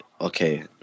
okay